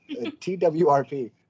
TWRP